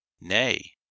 nay